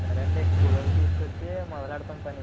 సరే అండి కూలి వాళ్ళని తీసుకొచ్చి మొదలెడతాము పని